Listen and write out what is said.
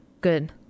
Good